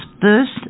first